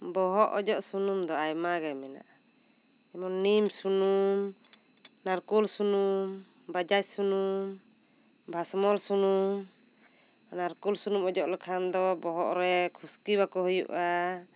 ᱵᱚᱦᱚᱜ ᱚᱡᱚᱜ ᱥᱩᱱᱩᱢ ᱫᱚ ᱟᱭᱢᱟ ᱜᱮ ᱢᱮᱱᱟᱜ ᱟ ᱱᱤᱢ ᱥᱩᱱᱩᱢ ᱱᱟᱨᱠᱚᱞ ᱥᱩᱱᱩᱢ ᱵᱟᱡᱟᱡᱽ ᱥᱩᱱᱩᱢ ᱵᱷᱟᱥᱢᱚᱞ ᱥᱩᱱᱩᱢ ᱱᱟᱨᱠᱚᱞ ᱥᱩᱱᱩᱢ ᱚᱡᱚᱜ ᱞᱮᱠᱷᱟᱱ ᱫᱚ ᱵᱚᱦᱚᱜ ᱨᱮ ᱠᱷᱩᱥᱠᱤ ᱵᱟᱠᱚ ᱦᱩᱭᱩᱜ ᱟ